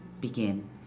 begin